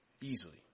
Easily